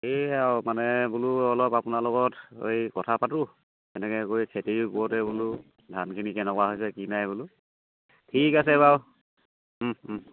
সেয়ে আৰু মানে বোলো অলপ আপোনাৰ লগত এই কথা পাতোঁ এনেকৈ কৰি খেতিৰ ওপৰতে বোলোঁ ধানখিনি কেনেকুৱা হৈছে কি নাই বোলো ঠিক আছে বাৰু